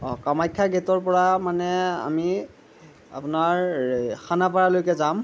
অঁ কামাখ্যা গেটৰ পৰা মানে আমি আপোনাৰ এই খানাপাৰালৈকে যাম